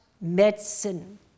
medicine